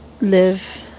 live